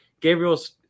Gabriel's